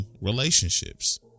relationships